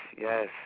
Yes